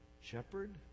Shepherd